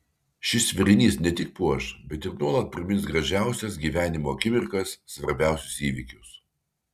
šis vėrinys ne tik puoš bet ir nuolat primins gražiausias gyvenimo akimirkas svarbiausius įvykius